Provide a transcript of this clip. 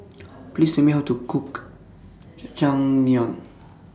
Please Tell Me How to Cook Jajangmyeon